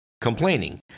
complaining